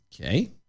Okay